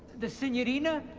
the signorina,